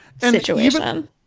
situation